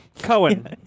Cohen